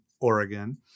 Oregon